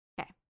Okay